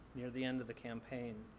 near the end of the campaign.